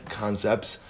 concepts